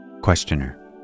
Questioner